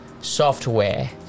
Software